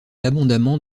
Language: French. abondamment